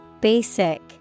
Basic